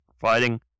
fighting